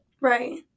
Right